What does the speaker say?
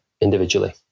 individually